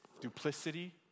duplicity